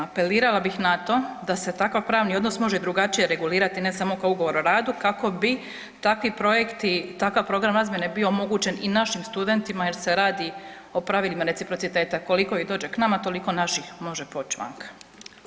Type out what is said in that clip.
Apelirala bih na to da se takav pravni odnos može i drugačije regulirati, ne samo kao Ugovor o radu, kako bi takvi projekti, takav program razmjene bio omogućen i našim studentima jer se radi o pravilima reciprociteta, koliko ih dođe k nama toliko naših može poć vanka.